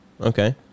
Okay